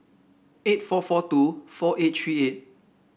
eight four four two four eight three eight